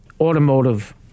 automotive